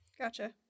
Gotcha